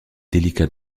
délicat